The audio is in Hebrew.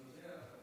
אני יודע.